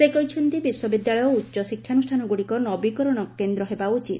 ସେ କହିଛନ୍ତି ବିଶ୍ୱବିଦ୍ୟାଳୟ ଓ ଉଚ୍ଚଶିକ୍ଷାନୁଷ୍ଠାନଗୁଡ଼ିକ ନବୀକରଣର କେନ୍ଦ୍ର ହେବା ଉଚିତ